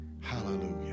hallelujah